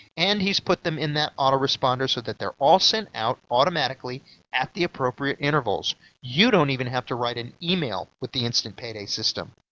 and he's put them in that autoresponder so that they're all sent out automatically at the appropriate intervals you don't even have to write an email with the instant payday system!